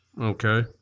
Okay